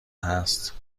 هست